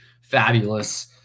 fabulous